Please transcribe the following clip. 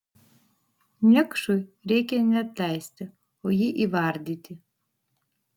niekšui reikia ne atleisti o jį įvardyti